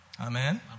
Amen